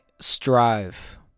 strive